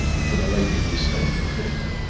from a lady who is staying at clifton,